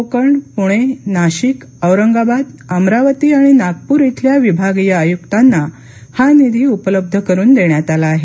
कोकण पुणे नाशिक औरंगाबाद अमरावती आणि नागपूर इथल्या विभागीय आयुक्तांना हा निधी उपलब्ध करून देण्यात आला आहे